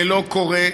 זה לא קורה,